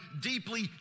deeply